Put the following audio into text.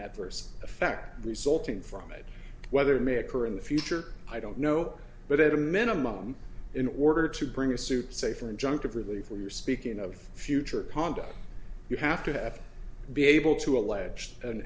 adverse effect resulting from it whether it may occur in the future i don't know but at a minimum in order to bring a suit say for injunctive relief for your speaking of future conduct you have to be able to alleged an